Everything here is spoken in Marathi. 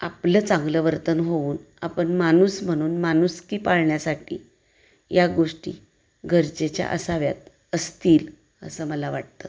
आपलं चांगलं वर्तन होऊन आपण माणूस म्हणून माणुसकी पाळण्यासाठी या गोष्टी गरजेच्या असाव्यात असतील असं मला वाटतं